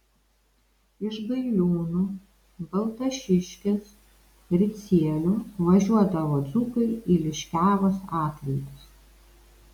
iš gailiūnų baltašiškės ricielių važiuodavo dzūkai į liškiavos atlaidus